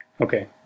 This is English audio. Okay